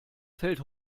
fällt